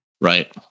Right